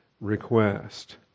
request